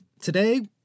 Today